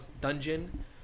dungeon